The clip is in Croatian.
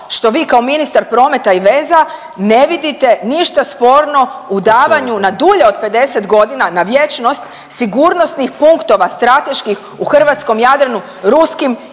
što vi kao ministar prometa i veza ne vidite ništa sporno o davanju na dulje od 50 godina, na vječnost, sigurnosnih punktova, strateških u hrvatskom Jadranu ruskim